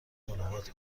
ملاقات